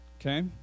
Okay